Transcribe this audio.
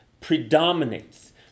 predominates